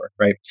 right